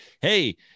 Hey